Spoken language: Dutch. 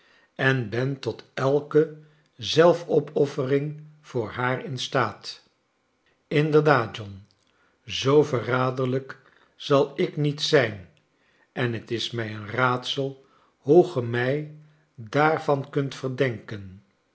en ben tot elke zelfopoffering voor haar in staat inderdaad john zoo verraderlijk zal ik niet zijn en het is mij een raadsel hoe ge mij daarvan kunt verdenken